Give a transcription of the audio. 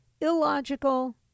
illogical